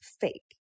fake